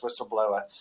whistleblower